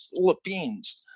Philippines